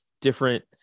different